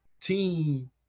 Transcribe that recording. team